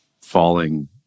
falling